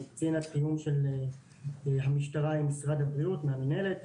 הוא קצין התיאום של המשטרה עם משרד הבריאות מהמִנהלת,